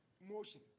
motion